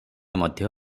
ମଧ୍ୟ